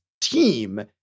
team